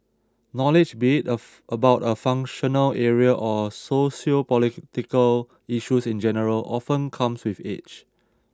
knowledge be it a about a functional area or sociopolitical issues in general often comes with age